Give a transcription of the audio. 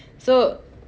so